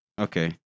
Okay